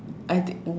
I didn't